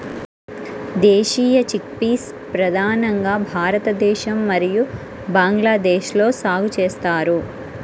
దేశీయ చిక్పీస్ ప్రధానంగా భారతదేశం మరియు బంగ్లాదేశ్లో సాగు చేస్తారు